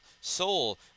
Soul